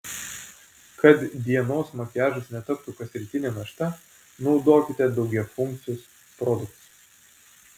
kad dienos makiažas netaptų kasrytine našta naudokite daugiafunkcius produktus